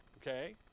Okay